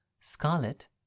Scarlet